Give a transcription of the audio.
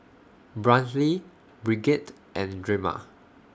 Brantley Brigette and Drema